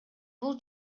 бул